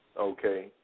okay